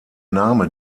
name